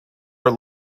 are